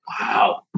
Wow